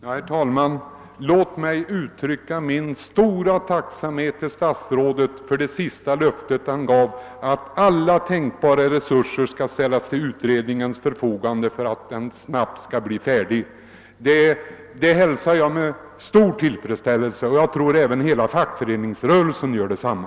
Herr talman! Låt mig uttrycka min stora tacksamhet för det sista löfte som statsrådet här gav, att alla tänkbara resurser skall ställas till utredningens förfogande för att den snabbt skall bli färdig. Det hälsar jag med stor tillfredsställelse, och jag tror också att hela fackföreningsrörelsen gör detsamma.